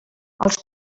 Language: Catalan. els